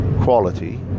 quality